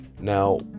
Now